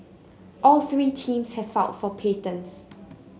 all three teams have filed for patents